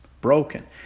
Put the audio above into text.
broken